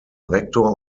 rektor